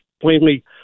plainly